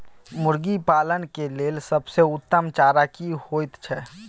मुर्गी पालन के लेल सबसे उत्तम चारा की होयत छै?